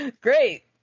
great